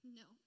no